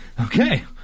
Okay